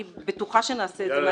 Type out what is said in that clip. אני בטוחה שנעשה את זה מהר יותר.